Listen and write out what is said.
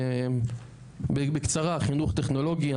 בקצרה חינוך טכנולוגי.